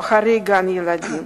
או אחרי גן-הילדים?